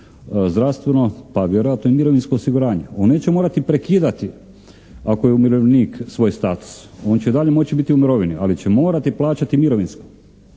zdravstveno pa vjerojatno i mirovinsko osiguranje. On neće morati prekidati, ako je umirovljenik, svoj status. On će i dalje moći biti u mirovini ali će morati plaćati mirovinsko.